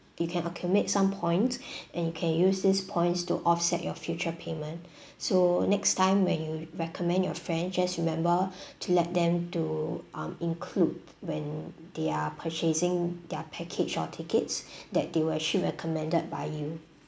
you can accumulate some points and you can use these points to offset your future payment so next time when you recommend your friend just remember to let them to um include when they are purchasing their package or tickets that they were actually recommended by you